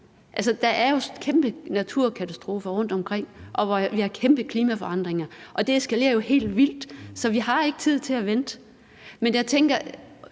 mindre. Der sker jo kæmpe naturkatastrofer rundtomkring, og vi har kæmpe klimaforandringer. Det eskalerer jo helt vildt. Så vi har ikke tid til at vente. Men okay,